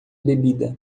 bebida